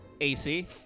AC